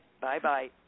Bye-bye